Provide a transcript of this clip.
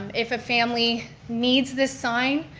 if a family needs this sign,